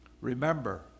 remember